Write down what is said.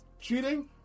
cheating